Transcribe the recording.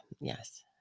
yes